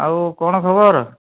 ଆଉ କ'ଣ ଖବର